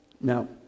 Now